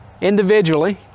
individually